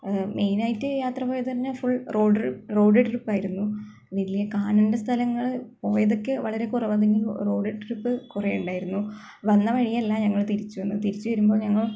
main ആയിട്ട് യാത്ര പോയത് പറഞ്ഞാല് ഫുള് റോഡ് റോഡ് ട്രിപ്പ് വലിയ കാണേണ്ട സ്ഥലങ്ങൾ പോയതൊക്കെ വളരെ കുറവാണ് റോഡ് ട്രിപ്പ് കുറേ ഉണ്ടായിരുന്നു വന്ന വഴിയല്ല ഞങ്ങള് തിരിച്ചു വന്നത് തിരിച്ചു വരുമ്പോള് ഞങ്ങള്